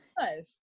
nice